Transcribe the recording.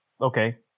okay